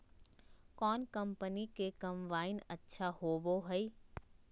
कौन कंपनी के कम्बाइन अच्छा होबो हइ?